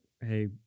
hey